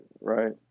right